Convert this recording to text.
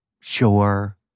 Sure